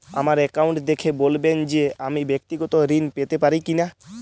আমার অ্যাকাউন্ট দেখে বলবেন যে আমি ব্যাক্তিগত ঋণ পেতে পারি কি না?